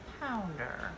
Pounder